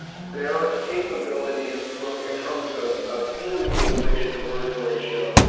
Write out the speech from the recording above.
their capabilities look, in terms of of fuel utilization conversion ratio,